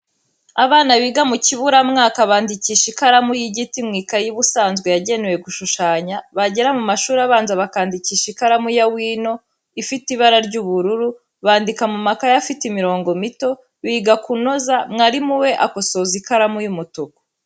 Abana biga mu kiburamwaka bandikisha ikaramu y'igiti mu ikayi ubusanzwe yagenewe gushushanya, bagera mu mashuri abanza bakandikisha ikaramu ya wino, ifite ibara ry'ubururu, bandika mu makayi afite imirongo mito, biga kunoza, mwarimu we akosoza ikaramu y'umutuku.